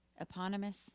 eponymous